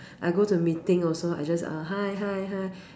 I go to meeting also I just err hi hi hi